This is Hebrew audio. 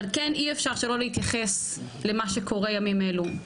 אבל כן, אי אפשר שלא להתייחס למה שקורה ימים אלו.